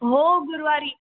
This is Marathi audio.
हो गुरुवारी